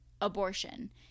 abortion